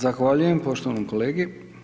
Zahvaljujem poštovanom kolegi.